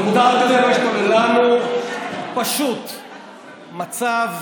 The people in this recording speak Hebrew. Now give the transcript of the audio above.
והותרתם לנו פשוט מצב,